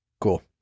Cool